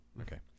Okay